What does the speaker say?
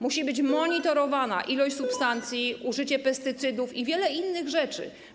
Muszą być monitorowane ilości substancji, użycie pestycydów i wiele innych rzeczy.